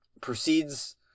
Proceeds